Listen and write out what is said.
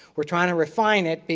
we are trying to refine it. but